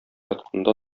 ятканда